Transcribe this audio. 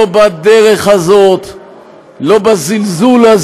באותו סגנון.